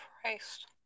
Christ